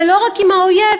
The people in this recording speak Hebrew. ולא רק עם האויב,